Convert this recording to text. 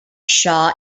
shaw